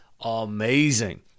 amazing